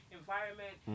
environment